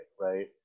right